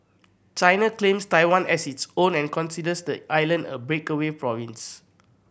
China claims Taiwan as its own and considers the island a breakaway province